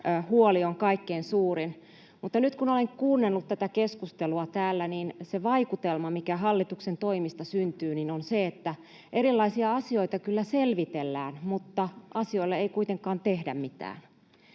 huoli on kaikkein suurin. Mutta nyt kun olen kuunnellut keskustelua täällä, niin se vaikutelma, mikä hallituksen toimista syntyy, on se, että erilaisia asioita kyllä selvitellään mutta asioille ei kuitenkaan tehdä mitään.